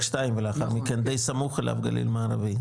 2 ולאחר מכן די סמוך אליו גליל מערבי,